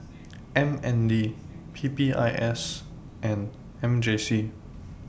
M N D P P I S and M J C